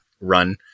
run